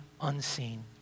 unseen